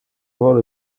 vole